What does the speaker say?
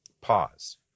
pause